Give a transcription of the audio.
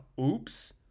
Oops